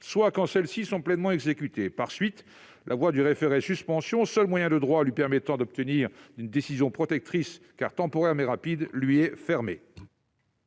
soit quand celles-ci sont pleinement exécutées. Par la suite, la voie du référé-suspension, seul moyen de droit lui permettant d'obtenir une décision protectrice, certes temporaire, mais rapide, lui est fermée.